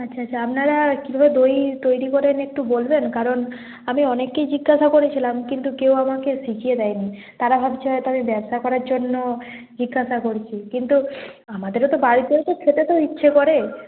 আচ্ছা আচ্ছা আপনারা কীভাবে দই তৈরি করেন একটু বলবেন কারণ আমি অনেককেই জিজ্ঞাসা করেছিলাম কিন্তু কেউ আমাকে শিখিয়ে দেয় নি তারা ভাবছে হয়তো আমি ব্যবসা করার জন্য জিজ্ঞাসা করছি কিন্তু আমাদেরও তো বাড়িতেও তো খেতে তো ইচ্ছে করে